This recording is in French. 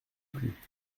plus